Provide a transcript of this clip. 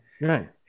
Right